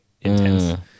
intense